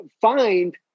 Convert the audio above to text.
find